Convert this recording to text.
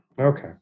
Okay